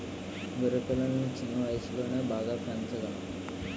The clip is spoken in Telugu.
గొర్రె పిల్లలను చిన్న వయసులోనే బాగా పెంచగలం